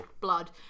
blood